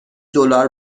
دلار